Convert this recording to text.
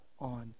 on